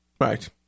Right